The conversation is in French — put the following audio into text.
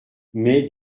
mais